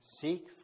Seek